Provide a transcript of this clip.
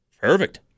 Perfect